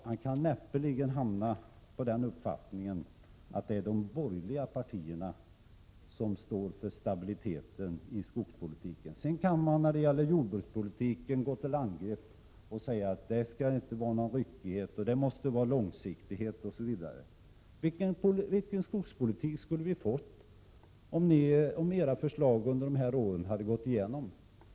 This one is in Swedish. Han kan näppeligen hamna i den uppfattningen att det är de borgerliga partierna som står för stabiliteten i skogspolitiken. När det gäller jordbrukspolitiken kan ni gå till angrepp och säga att det skall inte vara någon ryckighet, att det måste vara långsiktighet osv. Men vilken skogspolitik skulle vi ha fått om era förslag under de här åren hade gått igenom?